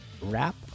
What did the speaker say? wrap